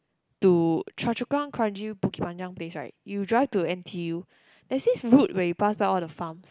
to Choa-Chu-Kang kranji Bukit-Panjang place right you drive to N_T_U there is a road where you pass by all the farms